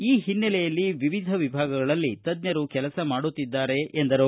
ಈ ಹಿನ್ನೆಲೆಯಲ್ಲಿ ವಿವಿಧ ವಿಭಾಗಗಳಲ್ಲಿ ತಜ್ಞರು ಕೆಲಸ ಮಾಡುತ್ತಿದ್ದಾರೆ ಎಂದು ತಿಳಿಸಿದರು